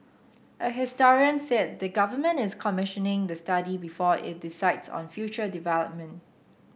a historian said the government is commissioning the study before it decides on future development